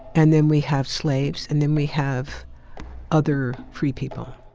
and then we have slaves and then we have other free people.